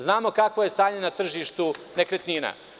Znamo kakvo je stanje na tržištu nekretnina.